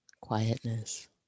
quietness